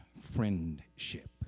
friendship